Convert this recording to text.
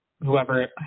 whoever